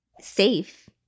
safe